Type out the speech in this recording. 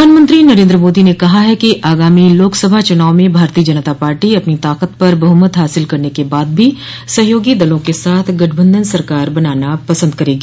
प्रधानमंत्री नरेन्द्र मोदी ने कहा है कि आगामी लोकसभा चुनाव में भारतीय जनता पार्टी अपनी ताकत पर बहुमत हासिल करने के बाद भी सहयोगी दलों के साथ गठबंधन सरकार बनाना पसंद करेगी